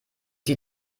die